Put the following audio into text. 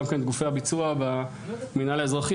גם את גופי הביצוע במינהל האזרחי,